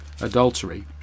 adultery